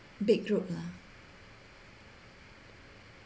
big road ah